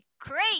great